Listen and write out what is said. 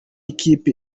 ikipi